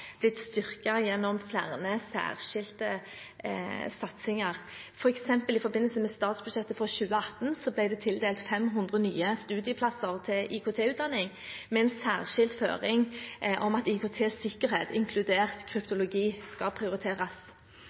blitt styrket gjennom flere særskilte satsinger. For eksempel ble det i forbindelse med statsbudsjettet for 2018 tildelt 500 nye studieplasser til IKT-utdanning, med en særskilt føring om at IKT-sikkerhet, inkludert kryptologi, skal prioriteres.